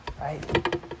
right